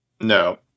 No